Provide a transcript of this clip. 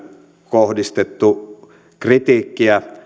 kohdistettu kritiikkiä